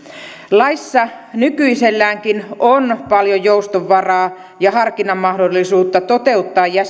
laissa nykyiselläänkin on paljon joustovaraa ja harkinnanmahdollisuutta toteuttaa